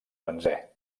benzè